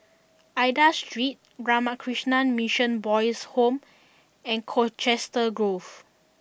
Aida Street Ramakrishna Mission Boys' Home and Colchester Grove